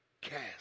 cast